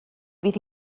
fydd